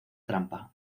trampa